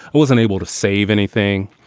it wasn't able to save anything.